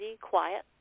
quiet